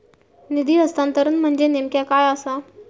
निधी हस्तांतरण म्हणजे नेमक्या काय आसा?